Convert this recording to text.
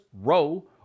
row